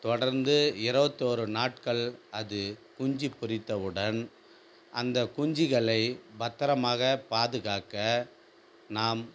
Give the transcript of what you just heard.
தொடர்ந்து இருவத்தோரு நாட்கள் அது குஞ்சு பொரித்தவுடன் அந்த குஞ்சுகளை பத்திரமாக பாதுகாக்க நாம்